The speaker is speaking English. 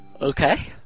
Okay